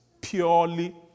purely